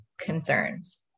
concerns